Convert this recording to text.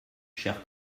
chers